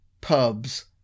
pubs